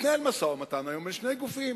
התנהל משא-ומתן בין שני גופים,